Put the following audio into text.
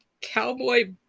cowboy